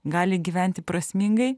gali gyventi prasmingai